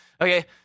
Okay